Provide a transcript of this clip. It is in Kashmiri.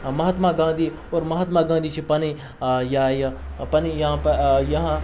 مہاتما گاندھی اور مہاتما گاندھی چھِ پَنٕنۍ یا یہِ پَنٕنۍ یہاں